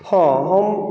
हँ हम